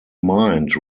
mind